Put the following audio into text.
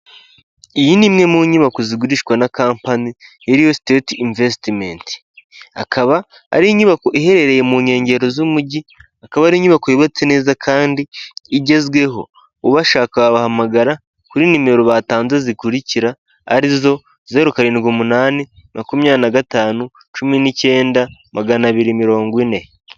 Iyi ni imwe mu nyubako zigurishwa na kompani Real Estate investment, akaba ari inyubako iherereye mu nkengero z'umujyi akaba ari inyubako yubatse neza kandi igezweho ubashaka bahamagara kuri nimero batanze zikurikira arizo zeru, karindwi, umunani, makumyabiri na gatanu, cumi nicyenda, magana abiri mirongo ine.